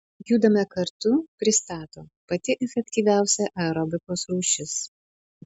judame kartu pristato pati efektyviausia aerobikos rūšis